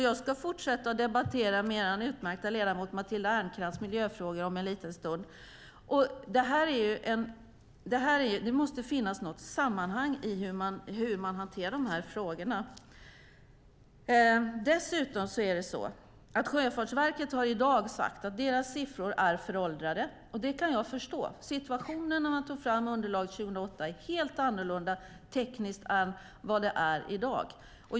Jag ska fortsätta att debattera miljöfrågor med er utmärkta ledamot Matilda Ernkrans om en liten stund. Det måste finnas ett sammanhang i hur man hanterar frågorna. Sjöfartsverket har i dag sagt att deras siffror är föråldrade. Det kan jag förstå. Situationen är tekniskt en helt annan i dag än när man tog fram underlaget 2008.